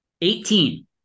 Eighteen